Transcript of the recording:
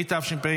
התשפ"ה